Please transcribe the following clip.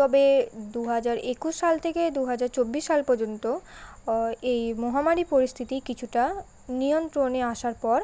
তবে দু হাজার একুশ সাল থেকে দু হাজার চব্বিশ সাল পর্যন্ত ও এই মহামারী পরিস্থিতি কিছুটা নিয়ন্ত্রণে আসার পর